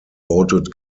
voted